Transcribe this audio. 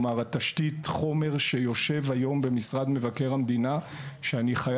אני חייב לומר שלא כל תשתית החומר שיושב היום במשרד מבקר המדינה מופיע